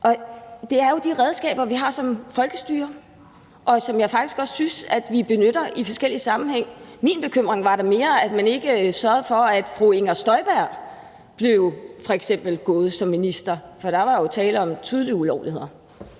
det er jo de redskaber, vi har som folkestyre, og som jeg faktisk også synes at vi benytter i forskellig sammenhæng. Min bekymring var da mere, at man ikke sørgede for, at fru Inger Støjberg f.eks. blev gået som minister, for der var jo tale om tydelige ulovligheder.